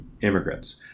immigrants